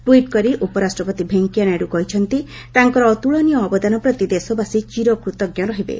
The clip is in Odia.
ଟ୍ୱିଟ୍ କରି ଉପରାଷ୍ଟ୍ରପତି ଭେଙ୍କିୟା ନାଇଡୁ କହିଛନ୍ତି ତାଙ୍କର ଅତୁଳନୀୟ ଅବଦାନ ପ୍ରତି ଦେଶବାସୀ ଚୀରକୂତଜ୍ଞ ରହିବେ